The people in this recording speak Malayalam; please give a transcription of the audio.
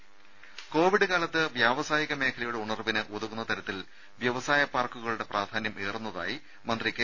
രുദ കോവിഡ് കാലത്ത് വ്യാവസായിക മേഖലയുടെ ഉണർവിന് ഉതകുന്ന തരത്തിൽ വ്യവസായ പാർക്കുകളുടെ പ്രധാന്യമേറുന്നതായി മന്ത്രി കെ